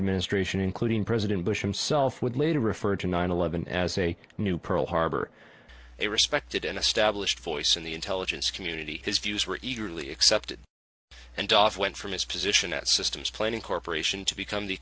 administration including president bush himself would later refer to nine eleven as a new pearl harbor a respected and established voice in the intelligence community his views were eagerly accepted and off went from his position at systems planning corp to become the